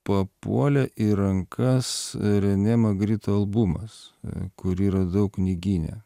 papuolė į rankas renė magrito albumas kurį radau knygyne